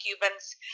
Cubans